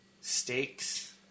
steaks